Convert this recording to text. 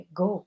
go